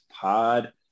Pod